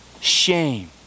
Shame